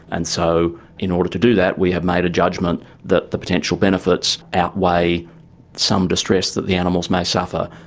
and so in order to do that we have made a judgement that the potential benefits benefits outweigh some distress that the animals may suffer.